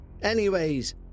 Anyways